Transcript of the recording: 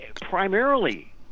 primarily